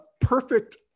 perfect